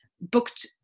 booked